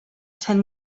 cert